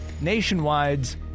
Nationwide's